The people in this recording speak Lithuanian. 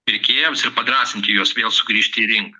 pirkėjams ir padrąsinti juos vėl sugrįžti į rinką